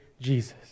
Jesus